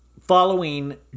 following